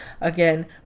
again